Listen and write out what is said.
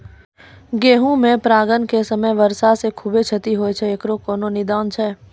गेहूँ मे परागण के समय वर्षा से खुबे क्षति होय छैय इकरो कोनो निदान छै?